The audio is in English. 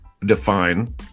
define